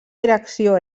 direcció